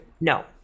no